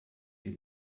die